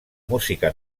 música